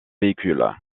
véhicule